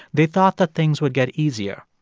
they thought that things would get easier.